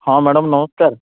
ହଁ ମ୍ୟାଡ଼ାମ୍ ନମସ୍କାର